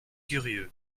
curieux